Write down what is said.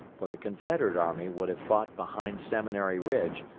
for the confederate army would have fought behind seminary ridge,